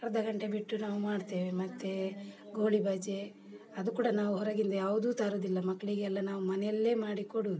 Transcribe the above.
ಅರ್ಧ ಗಂಟೆ ಬಿಟ್ಟು ನಾವು ಮಾಡ್ತೇವೆ ಮತ್ತು ಗೋಳಿಬಜೆ ಅದು ಕೂಡ ನಾವು ಹೊರಗಿಂದ ಯಾವುದೂ ತರುವುದಿಲ್ಲ ಮಕ್ಕಳಿಗೆಲ್ಲ ನಾವು ಮನೆಯಲ್ಲೇ ಮಾಡಿ ಕೊಡುವುದು